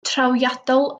trawiadol